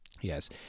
Yes